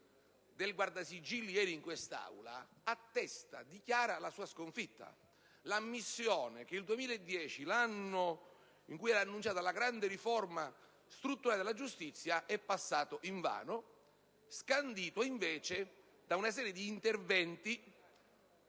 del Guardasigilli ieri in quest'Aula attesta e dichiara la sua sconfitta. Mi riferisco all'ammissione che il 2010, l'anno in cui è stata annunciata la grande riforma strutturale della giustizia, è passato invano scandito, invece, da una serie di interventi